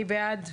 מי בעד?